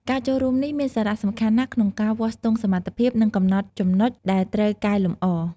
ការចូលរួមនេះមានសារៈសំខាន់ណាស់ក្នុងការវាស់ស្ទង់សមត្ថភាព និងកំណត់ចំណុចដែលត្រូវកែលម្អ។